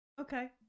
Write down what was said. Okay